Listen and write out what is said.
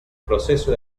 proceso